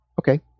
Okay